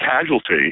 casualty